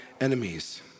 enemies